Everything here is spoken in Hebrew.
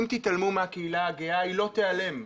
אם תתעלמו מהקהילה הגאה, היא לא תיעלם.